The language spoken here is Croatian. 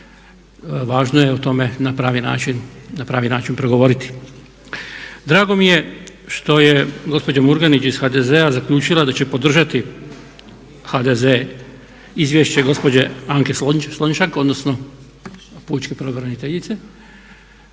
važno je o tome na pravi način progovoriti. Drago mi je što je gospođa Murganić iz HDZ-a zaključila da će podržati HDZ, izvješće gospođe Anke Slonjšak, odnosno pučke pravobraniteljice.